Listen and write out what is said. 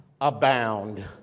abound